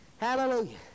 hallelujah